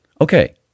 Okay